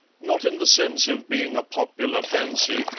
not in the sense of being a popular fancy,